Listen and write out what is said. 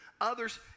Others